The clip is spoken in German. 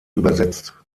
übersetzt